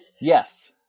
Yes